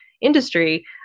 industry